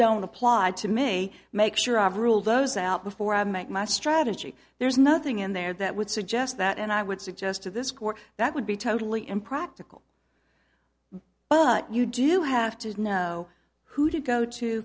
don't apply to me make sure i've ruled those out before i make my strategy there's nothing in there that would suggest that and i would suggest to this court that would be totally impractical but you do have to know who to go to